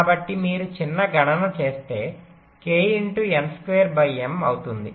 కాబట్టి మీరు చిన్న గణన చేస్తే ఇది అవుతుంది